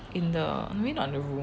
in the maybe not in the room